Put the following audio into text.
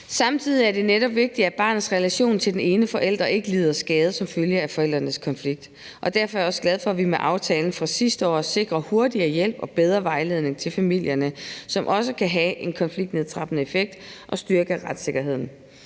Samtidig er det netop vigtigt, at barnets relation til den ene forælder ikke lider skade som følge af forældrenes konflikt. Derfor er jeg også glad for, at vi med aftalen fra sidste år sikrer hurtigere hjælp og bedre vejledning til familierne, som også kan have en konfliktnedtrappende effekt og styrke retssikkerheden,